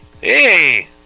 hey